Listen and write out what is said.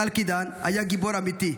קאלקידן היה גיבור אמיתי,